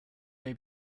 may